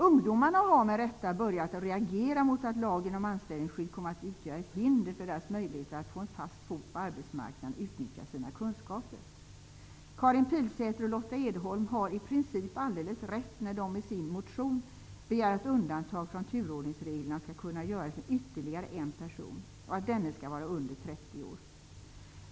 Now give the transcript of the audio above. Ungdomarna har med rätta börjat att reagera mot att lagen om anställningsskydd kommit att utgöra ett hinder för deras möjligheter att få en fast fot på arbetsmarknaden och utnyttja sina kunskaper. Karin Pilsäter och Lotta Edholm har i princip alldeles rätt när de i sin motion begär att undantag från turordningsreglerna skall kunna göras med ytterligare en person och att denne skall vara under 30 år.